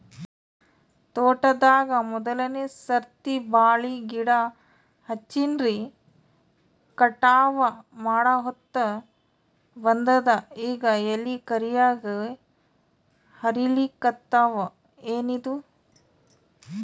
ತೋಟದಾಗ ಮೋದಲನೆ ಸರ್ತಿ ಬಾಳಿ ಗಿಡ ಹಚ್ಚಿನ್ರಿ, ಕಟಾವ ಮಾಡಹೊತ್ತ ಬಂದದ ಈಗ ಎಲಿ ಕರಿಯಾಗಿ ಹರಿಲಿಕತ್ತಾವ, ಏನಿದು?